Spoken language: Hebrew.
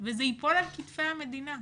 וזה ייפול על כתפי המדינה.